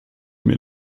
mehr